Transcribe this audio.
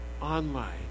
Online